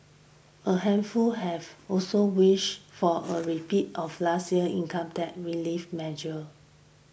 a handful have also wished for a repeat of last year's income tax relief measure